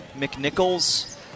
McNichols